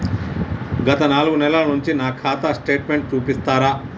గత నాలుగు నెలల నుంచి నా ఖాతా స్టేట్మెంట్ చూపిస్తరా?